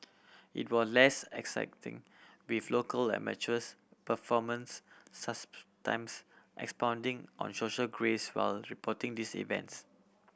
it was less exacting with local amateurs performance times expounding on social graces while reporting these events